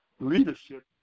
leadership